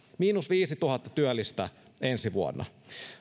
miinus viisituhatta työllistä ensi vuonna